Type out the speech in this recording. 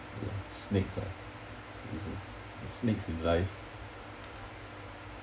snakes ah is it snakes in life